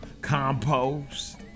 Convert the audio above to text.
compost